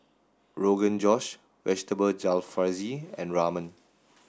Rogan Josh Vegetable Jalfrezi and Ramen